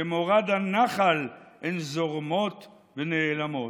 במורד הנחל הן זורמות ונעלמות.